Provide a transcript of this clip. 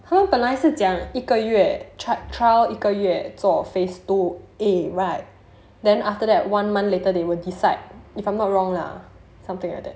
他们本来是讲一个月 trial 一个月做 phase two A right then after that one month later they will decide if I'm not wrong lah something like that